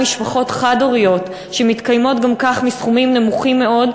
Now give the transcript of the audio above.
משפחות חד-הוריות שמתקיימות גם כך מסכומים נמוכים מאוד,